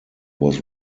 was